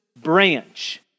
branch